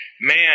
Man